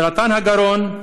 סרטן הגרון,